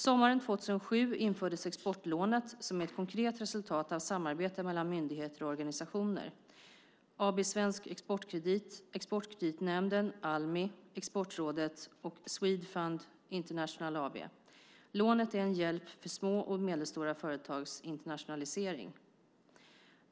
Sommaren 2007 infördes exportlånet som är ett konkret resultat av samarbete mellan myndigheter och organisationer - AB Svensk Exportkredit, Exportkreditnämnden, Almi, Exportrådet samt Swedfund International AB. Lånet är en hjälp för små och medelstora företags internationalisering.